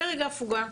נעשה רגע הפוגה.